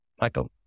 Michael